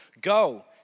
Go